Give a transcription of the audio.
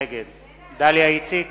נגד דליה איציק,